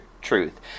truth